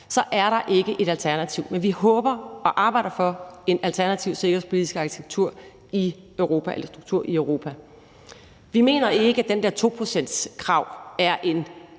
efter ret – ikke er et alternativ. Men vi håber på og arbejder for en alternativ sikkerhedspolitisk struktur i Europa. Vi mener ikke, at det der 2-procentskrav er et